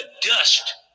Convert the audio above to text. dust